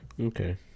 Okay